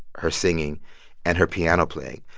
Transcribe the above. her singing and her piano playing.